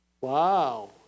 Wow